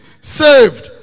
saved